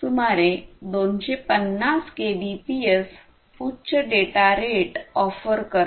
सुमारे 250 केबीपीएस उच्च data rate offer करते